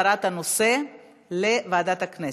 הוא בעד העברת הנושא לוועדת הכנסת,